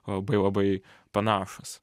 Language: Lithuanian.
labai labai panašūs